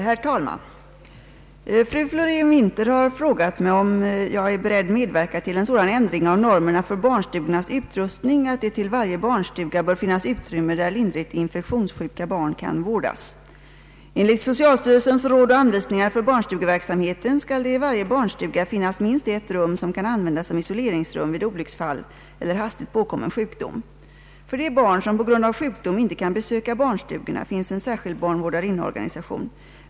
Herr talman! Fru Florén-Winther har frågat mig om jag är beredd medverka till en sådan ändring av normerna för barnstugornas utrustning att det till varje barnstuga bör finnas utrymme där lindrigt infektionssjuka barn kan vårdas. Enligt socialstyrelsens råd och anvisningar för barnstugeverksamheten skall det i varje barnstuga finnas minst ett rum som kan användas som isoleringsrum vid olycksfall eller hastigt påkommande sjukdom. För de barn som på grund av sjukdom inte kan besöka barnstugorna finns en särskild barnvårdarinneorganisation.